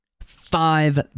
Five